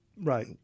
Right